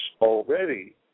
already